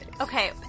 Okay